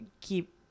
keep